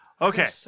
Okay